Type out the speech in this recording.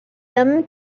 them